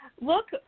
Look